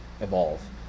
evolve